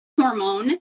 hormone